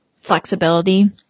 flexibility